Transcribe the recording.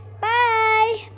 bye